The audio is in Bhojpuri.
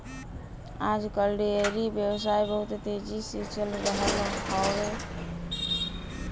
आज कल डेयरी व्यवसाय बहुत तेजी से चल रहल हौवे